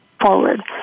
forward